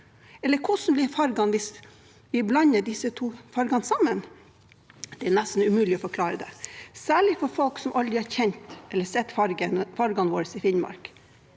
Eller hvordan blir fargen hvis vi blander disse to fargene sammen? Det er nesten umulig å forklare det, særlig for folk som aldri har kjent eller sett fargene våre i Finnmark.